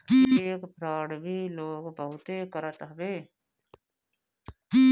check fraud भी लोग बहुते करत हवे